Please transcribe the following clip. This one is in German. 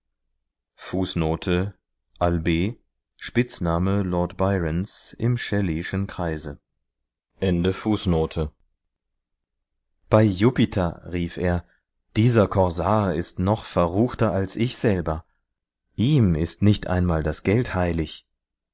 spitzname lord byrons im shelleyschen kreise auf das höchste entzückte bei jupiter rief er dieser corsar ist noch verruchter als ich selber ihm ist nicht einmal das geld heilig